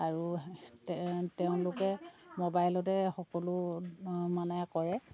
আৰু তেওঁ তেওঁলোকে মবাইলতে সকলো মানে কৰে